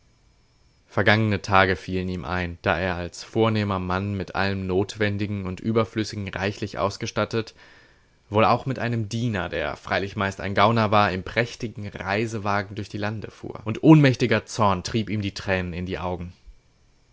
vergangene tage fielen ihm ein da er als vornehmer mann mit allem notwendigen und überflüssigen reichlich ausgestattet wohl auch mit einem diener der freilich meist ein gauner war im prächtigen reisewagen durch die lande fuhr und ohnmächtiger zorn trieb ihm die tränen in die augen